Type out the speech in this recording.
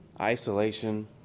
isolation